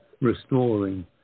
restoring